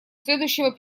следующего